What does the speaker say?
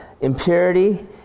impurity